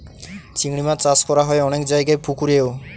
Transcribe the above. চিংড়ি মাছ চাষ করা হয় অনেক জায়গায় পুকুরেও